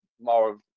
more